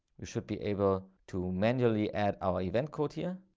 we should be able to manually add our event code here.